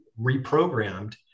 reprogrammed